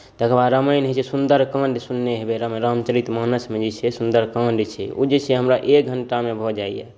तकर बाद रामायण होइत छै सुन्दर काण्ड सुनने हेबै रामचरितमानसमे जे सुन्दर काण्ड छै ओ जे छै से हमरा एक घण्टामे भऽ जाइए